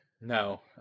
No